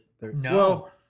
no